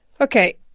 Okay